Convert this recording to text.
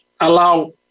allow